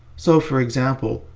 so, for example,